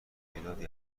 تعدادی